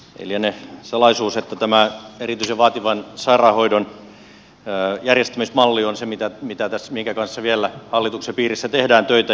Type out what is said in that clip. ei liene salaisuus että tämä erityisen vaativan sairaanhoidon järjestämismalli on se minkä kanssa vielä hallituksen piirissä tehdään töitä